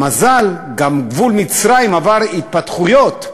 במזל גם גבול מצרים עבר התפתחויות,